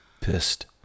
pissed